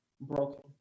broken